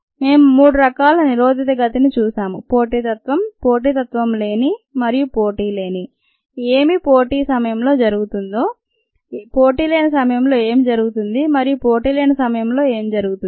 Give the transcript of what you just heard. మేము మూడు రకాల నిరోధిత గతిని చూసాము పోటీతత్వం పోటీతత్వం లేని మరియు పోటీలేని ఏమి పోటీ సమయంలో జరుగుతుంది పోటీలేని సమయంలో ఏమి జరుగుతుంది మరియు పోటీలేని సమయంలో ఏమి జరుగుతుంది